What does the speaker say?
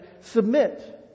submit